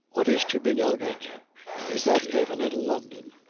what is to be noted is that even in london,